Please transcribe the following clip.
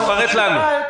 תפרט לנו.